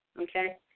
okay